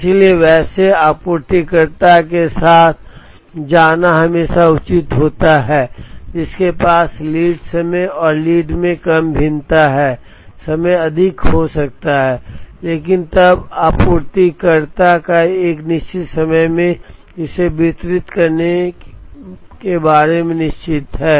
इसलिए वैसे आपूर्तिकर्ता के साथ जाना हमेशा उचित होता है जिसके पास लीड समय और लीड में कम भिन्नता है समय अधिक हो सकता है लेकिन तब आपूर्तिकर्ता एक निश्चित समय में इसे वितरित करने के बारे में निश्चित है